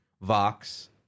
Vox